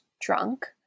drunk